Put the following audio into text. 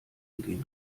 umgehen